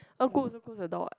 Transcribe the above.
ah close ah close the door